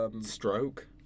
Stroke